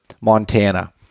Montana